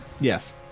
Yes